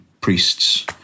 priests